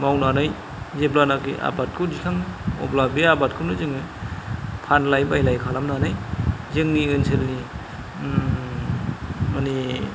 मावनानै जेब्लानाखि आबादखौ दिखाङो अब्ला बे आबादखौनो जोङो फानलाय बायलाय खालामनानै जोंनि ओनसोलनि माने